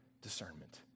discernment